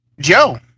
Joe